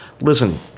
Listen